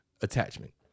attachment